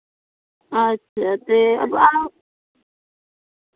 अच्छा ते